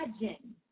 imagine